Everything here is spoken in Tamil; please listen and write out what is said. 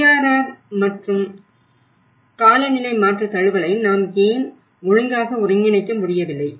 DRR மற்றும் காலநிலை மாற்ற தழுவலை நாம் ஏன் ஒழுங்காக ஒருங்கிணைக்க முடியவில்லை